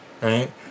Right